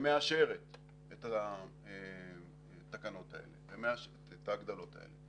שמאשרת את התקנות האלה ומאשרת את ההגדלות האלה,